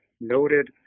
noted